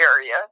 area